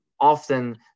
often